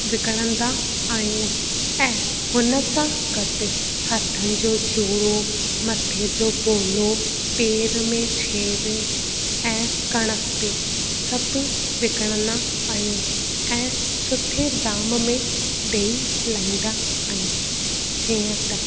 विकिणंदा आहियूं ऐं हुन सां घटि हथनि जो चुड़ो मथे जो टोलो पेर में छेर ऐं कणक ते सभु विकणंदा आहियूं ऐं सुठे दाम में ॾेई लाहींदा आहियूं जीअं त